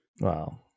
Wow